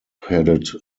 headed